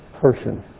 person